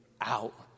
out